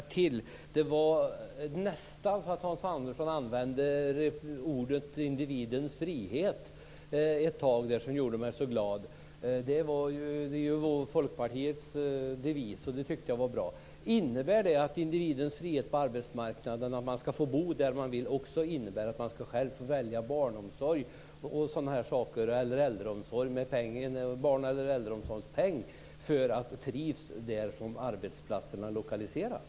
Fru talman! Jag har en kompletterande fråga. Hans Andersson använde nästan orden "individens frihet" ett tag, och det gjorde mig så glad. Det är ju Folkpartiets devis, så det tyckte jag var bra. Innebär individens frihet på arbetsmarknaden, dvs. att man ska få bo där man vill, också att man själv ska få välja barnomsorg och äldreomsorg med barn eller äldreomsorgspeng, så att man kan trivas där arbetsplatserna lokaliseras?